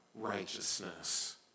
righteousness